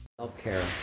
Self-care